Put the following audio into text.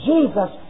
Jesus